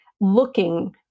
looking